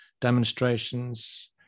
demonstrations